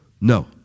No